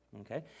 okay